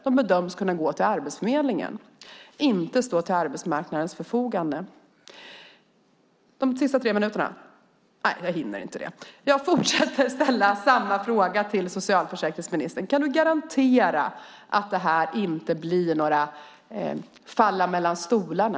De bedöms kunna gå till Arbetsförmedlingen men inte stå till arbetsmarknadens förfogande. Jag fortsätter att ställa frågan till socialförsäkringsministern: Kan du garantera att det här inte kommer att innebära att människor faller mellan stolarna?